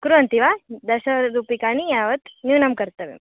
कुर्वन्ति वा दशरूप्यकाणि यावत् न्यूनं कर्तव्यम्